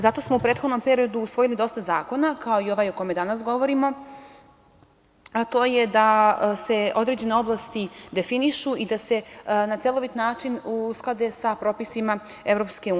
Zato smo u prethodnom periodu usvojili dosta zakona, kao i ovaj o kome danas govorimo, a to je da se određene oblasti definišu i da se na celovit način usklade sa propisima EU.